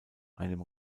einem